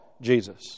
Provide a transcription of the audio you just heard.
Jesus